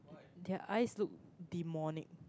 their eyes look demonic